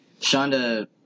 Shonda